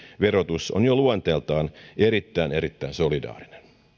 verotus on jo luonteeltaan erittäin erittäin solidaarinen